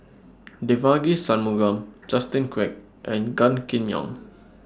Devagi Sanmugam Justin Quek and Gan Kim Yong